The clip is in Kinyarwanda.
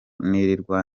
nirirwa